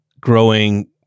growing